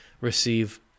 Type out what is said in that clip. Receive